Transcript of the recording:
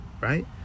right